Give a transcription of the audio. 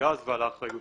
ובקיץ